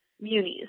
munis